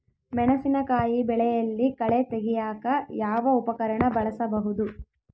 ಮೆಣಸಿನಕಾಯಿ ಬೆಳೆಯಲ್ಲಿ ಕಳೆ ತೆಗಿಯಾಕ ಯಾವ ಉಪಕರಣ ಬಳಸಬಹುದು?